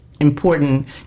important